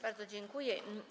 Bardzo dziękuję.